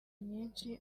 nyinshi